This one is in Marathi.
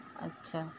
अच्छा